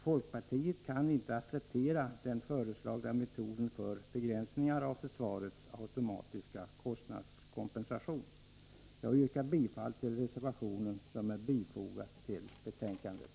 Folkpartiet kan inte acceptera den föreslagna metoden för begränsningar av försvarets automatiska kostnadskompensation. Herr talman! Jag yrkar bifall till den reservation som är fogad till utskottsbetänkandet.